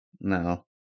no